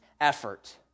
effort